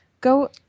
go